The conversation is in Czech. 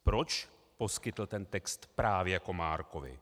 Proč poskytl text právě Komárkovi?